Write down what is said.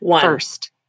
First